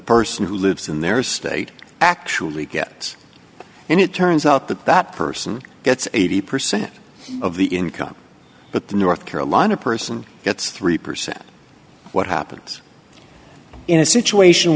person who lives in their state actually gets and it turns out that that person gets eighty percent of the income but the north carolina person gets three percent what happens in a situation